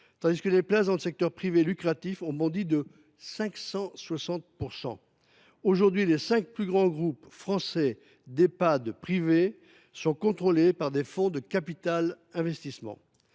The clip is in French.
tandis que les places dans le secteur privé lucratif ont bondi de 560 %. Aujourd’hui, les cinq plus grands groupes français d’Ehpad privés sont contrôlés par des fonds de capital investissement.